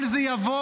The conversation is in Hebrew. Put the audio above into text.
כל זה יבוא,